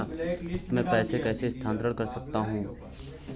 मैं पैसे कैसे स्थानांतरण कर सकता हूँ?